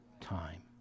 time